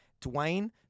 Dwayne